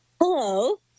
Hello